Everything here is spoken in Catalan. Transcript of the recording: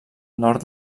nord